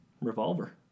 Revolver